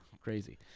crazy